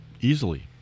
easily